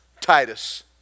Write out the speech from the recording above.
Titus